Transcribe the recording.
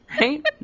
Right